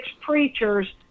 preachers